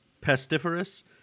Pestiferous